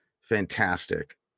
fantastic